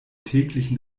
täglichen